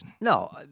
No